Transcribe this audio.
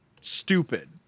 stupid